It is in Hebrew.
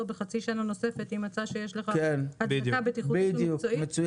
בחצי שנה נוספת אם מצאה שיש לכך הצדקה בטיחותית ומקצועית.